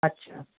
আচ্ছা